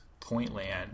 Pointland